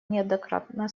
неоднократно